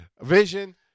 Vision